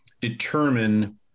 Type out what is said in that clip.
determine